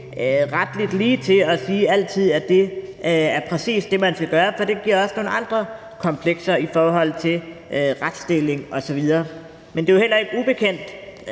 retligt lige til at sige, at det præcis er det, man skal gøre, for det giver også nogle andre komplekser i forhold til retsstilling osv. Men det er jo heller ikke ubekendt